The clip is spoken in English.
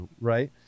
right